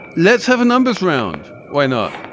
let's have a numbers round. why not?